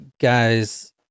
guys